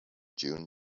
june